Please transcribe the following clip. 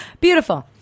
Beautiful